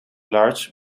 large